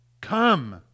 Come